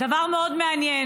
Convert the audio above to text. דבר מאוד מעניין,